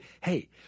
hey